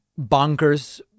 bonkers